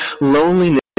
loneliness